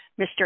Mr